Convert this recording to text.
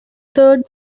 third